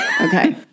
Okay